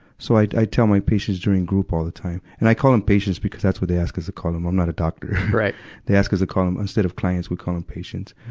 so i, i tell my patients during group all the time and i call them patients because that's what they ask us to call them. i'm not a doctor. they ask us to call them, instead of clients, we call them patients.